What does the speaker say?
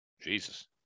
Jesus